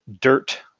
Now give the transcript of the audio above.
dirt